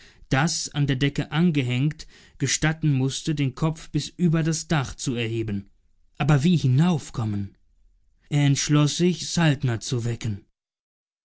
das an der decke angehängt gestatten mußte den kopf bis über das dach zu erheben aber wie hinaufkommen er entschloß sich saltner zu wecken